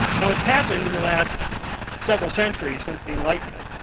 now, what's happened in the last several centuries, since the enlightenment,